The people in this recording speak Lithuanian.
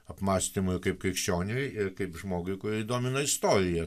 apmąstymui kaip krikščioniui ir kaip žmogui kurį domina istorija